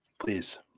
Please